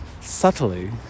subtly